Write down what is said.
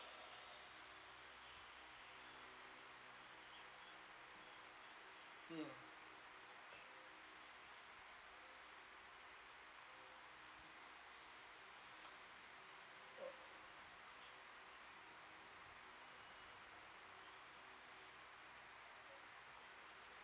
mm